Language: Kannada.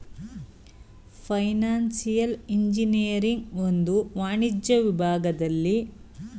ಫೈನಾನ್ಸಿಯಲ್ ಇಂಜಿನಿಯರಿಂಗ್ ಒಂದು ವಾಣಿಜ್ಯ ವಿಭಾಗದಲ್ಲಿ ಬರುವ ಅಂತರಶಿಸ್ತೀಯ ಕ್ಷೇತ್ರವಾಗಿದೆ